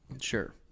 sure